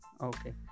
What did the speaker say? Okay